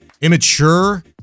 immature